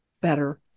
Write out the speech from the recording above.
better